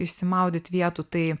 išsimaudyt vietų tai